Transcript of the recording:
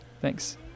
Thanks